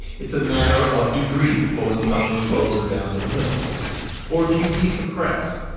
it's a matter of degree pulling something closer down to the middle or if you decompress.